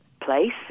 place